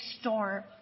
storm